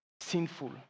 sinful